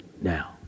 Now